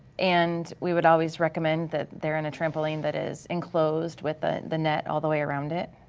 and we would always recommend that they're on a trampoline that is enclosed with ah the net all the way around it,